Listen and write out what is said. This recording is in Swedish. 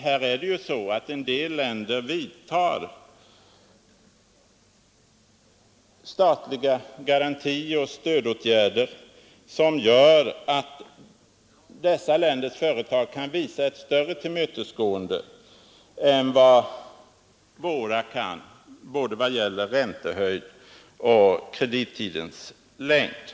Det är ju så att vissa länder vidtager statliga garantioch stödåtgärder som gör att dessa länders företag kan visa ett större tillmötesgående än våra i vad gäller både Nr 34 räntehöjd och kredittidens längd.